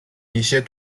一些